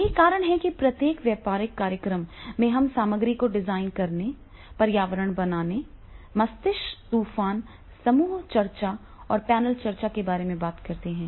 यही कारण है कि प्रत्येक व्यापारिक कार्यक्रम में हम सामग्री को डिजाइन करने पर्यावरण बनाने मस्तिष्क तूफान समूह चर्चा और पैनल चर्चा के बारे में बात करते हैं